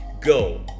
Go